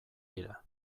dira